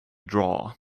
draw